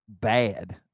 Bad